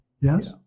Yes